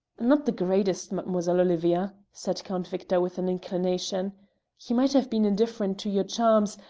not the greatest, mademoiselle olivia, said count victor with an inclination he might have been indifferent to your charms,